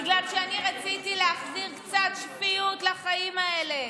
בגלל שאני רציתי להחזיר קצת שפיות לחיים האלה.